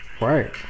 Right